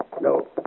No